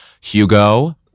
Hugo